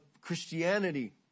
Christianity